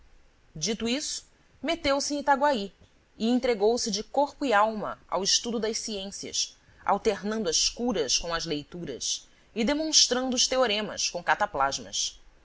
dito isso meteu-se em itaguaí e entregou-se de corpo e alma ao estudo da ciência alternando as curas com as leituras e demonstrando os teoremas com cataplasmas aos